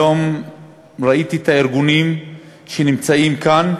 היום ראיתי את הארגונים שנמצאים כאן,